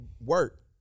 work